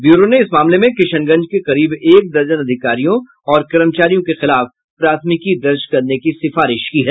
ब्यूरों ने इस मामले में किशनगंज के करीब एक दर्जन अधिकारियों और कर्मचारियों के खिलाफ प्राथमिकी दर्ज करने की सिफारिश की है